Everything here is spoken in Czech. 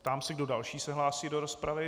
Ptám se, kdo další se hlásí do rozpravy.